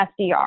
SDR